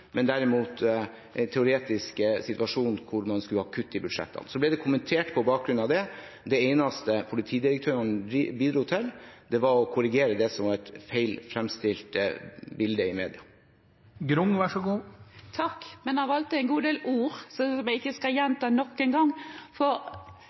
men derimot i en teoretisk situasjon hvor det var kutt i budsjettene. Så ble det kommentert på den bakgrunn. Det eneste politidirektøren bidro til, var å korrigere det som var et feil fremstilt bilde i media. Men han valgte en god del ord som jeg ikke skal